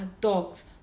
dogs